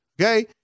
Okay